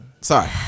Sorry